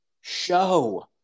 show